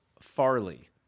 Farley